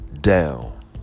down